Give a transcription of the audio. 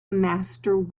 master